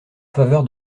faveur